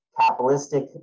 capitalistic